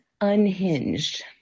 unhinged